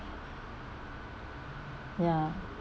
ya